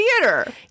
theater